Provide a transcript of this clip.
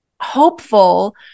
hopeful